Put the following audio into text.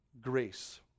grace